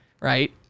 right